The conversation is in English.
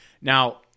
Now